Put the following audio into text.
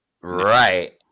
Right